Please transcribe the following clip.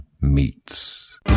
Meets